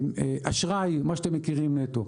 אשראי מה שאתם מכירים טוב.